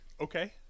Okay